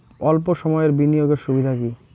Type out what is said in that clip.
অল্প সময়ের বিনিয়োগ এর সুবিধা কি?